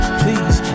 please